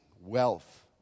wealth